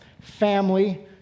family